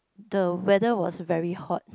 the weather was very hot